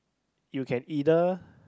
you can either